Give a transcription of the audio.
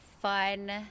fun